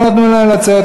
לא נתנו להם לצאת,